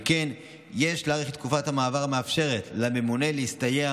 על כן יש להאריך את תקופת המעבר המאפשרת לממונה להסתייע